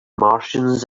martians